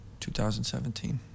2017